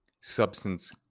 Substance